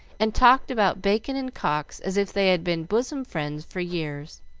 and talked about bacon and cox as if they had been bosom friends for years.